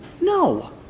No